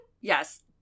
Yes